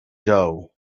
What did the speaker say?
doe